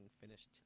finished